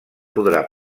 podrà